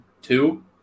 two